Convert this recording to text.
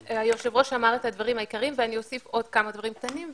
היושב-ראש אמר את הדברים העיקריים ואני אוסיף עוד כמה דברים קטנים.